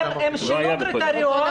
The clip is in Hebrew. הם שינו קריטריון ועכשיו זה מה שקרה.